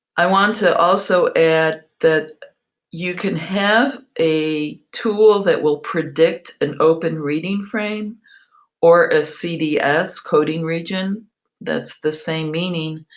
i want to also add that you can have a tool that will predict an open reading frame or a cds coding region that's the same meaning.